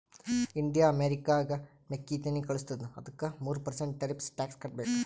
India ಅಮೆರಿಕಾಗ್ ಮೆಕ್ಕಿತೆನ್ನಿ ಕಳುಸತ್ತುದ ಅದ್ದುಕ ಮೂರ ಪರ್ಸೆಂಟ್ ಟೆರಿಫ್ಸ್ ಟ್ಯಾಕ್ಸ್ ಕಟ್ಟಬೇಕ್